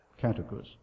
categories